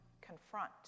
confront